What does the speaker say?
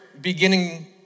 beginning